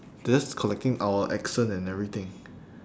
they're just collecting our accent and everything